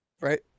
right